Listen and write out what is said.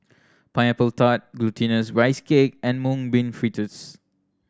Pineapple Tart Glutinous Rice Cake and Mung Bean Fritters